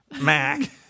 Mac